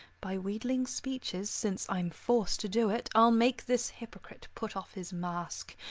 by wheedling speeches, since i'm forced to do it, i'll make this hypocrite put off his mask,